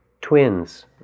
twins